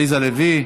עליזה לביא,